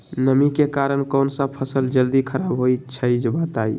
नमी के कारन कौन स फसल जल्दी खराब होई छई बताई?